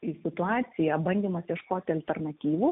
į situaciją bandymas ieškoti alternatyvų